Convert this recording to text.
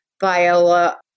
Viola